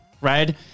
right